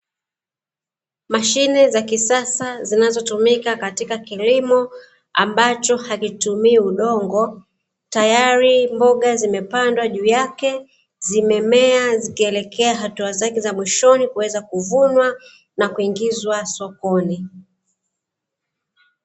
Mashine za kisasa zinazotumika katika kilimo ambacho hakitumii udongo, tayari mboga zimepandwa juu yake zimemea zikielekea hatua zake za mwishoni kuweza kuvunwa na kuingizwa sokoni.